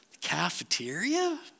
cafeteria